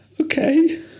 okay